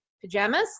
pajamas